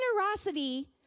generosity